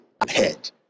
ahead